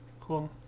Cool